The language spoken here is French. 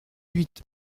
huit